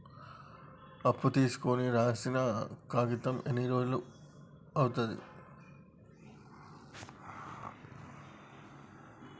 అప్పు తీసుకోనికి రాసిన కాగితం రానీకి ఎన్ని రోజులు అవుతది?